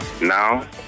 Now